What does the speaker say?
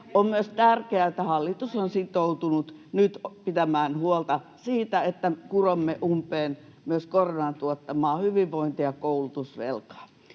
On myös tärkeää, että hallitus on sitoutunut nyt pitämään huolta siitä, että kuromme umpeen myös koronan tuottamaa hyvinvointi- ja koulutusvelkaa.